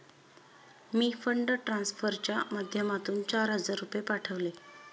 मी fund ट्रान्सफरच्या माध्यमातून चार हजार रुपये पाठवले